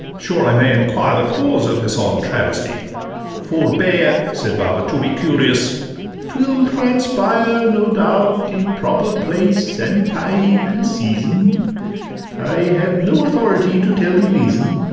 sure i may enquire the cause of this odd travesty forbear, said baba, to be curious t will transpire, no doubt, in proper place, and time, and season i have no authority to tell the reason